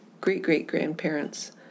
great-great-grandparents